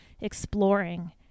exploring